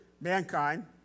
Mankind